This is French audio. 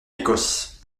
écosse